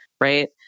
Right